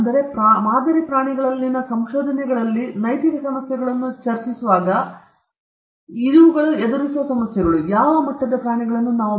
ಆದ್ದರಿಂದ ಮಾದರಿ ಪ್ರಾಣಿಗಳಲ್ಲಿನ ಸಂಶೋಧನೆಗಳಲ್ಲಿ ನೈತಿಕ ಸಮಸ್ಯೆಗಳನ್ನು ಚರ್ಚಿಸುವಾಗ ನಾವು ಎದುರಿಸುತ್ತಿರುವ ಕೆಲವು ಸಮಸ್ಯೆಗಳು ಇವು